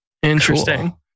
Interesting